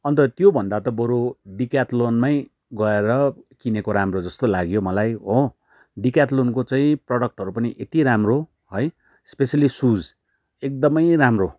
अन्त त्यो भन्दा त बरू डिक्याथ्लोनमै गएर किनेको राम्रो जस्तो लाग्यो मलाई हो डिक्याथ्लोनको चाहिँ प्रडक्टहरू पनि यति राम्रो है स्पेसली सुज एकदमै राम्रो